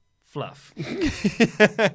fluff